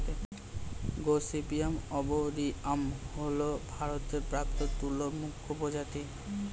gossypium arboreum হল ভারতে প্রাপ্ত তুলোর মুখ্য প্রজাতি